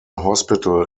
hospital